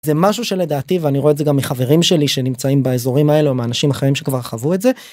זה משהו שלדעתי ואני רואה את זה גם מחברים שלי שנמצאים באזורים האלה או מהאנשים האחרים שכבר חוו את זה.